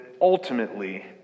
ultimately